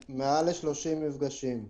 מעל 30 מפגשים.